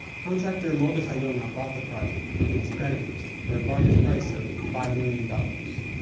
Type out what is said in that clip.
contractor mordechai yona bought the project from its creditors for a bargain price of five million dollars.